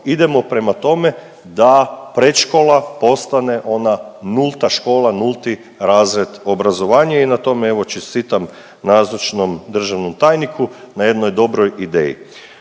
idemo prema tome da predškola postane ona nulta škola, nulti razred obrazovanja i na tome evo čestitam nazočnom državnom tajniku na jednoj dobroj ideji.